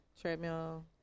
treadmill